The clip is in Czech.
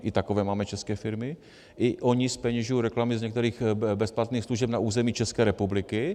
I takové máme české firmy, i ony zpeněžují reklamy z některých bezplatných služeb na území České republiky.